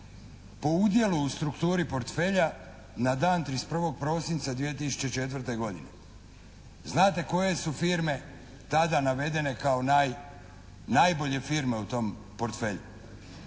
po udjelu u strukturi portfelja na dan 31. prosinca 2004. godine. Znate koje su firme tada navedene kao najbolje firme u tom portfelju?